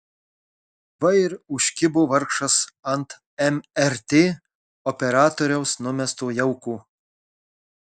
va ir užkibo vargšas ant mrt operatoriaus numesto jauko